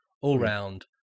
all-round